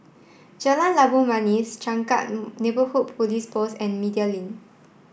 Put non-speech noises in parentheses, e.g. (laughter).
Jalan Labu Manis Changkat (hesitation) Neighbourhood Police Post and Media Link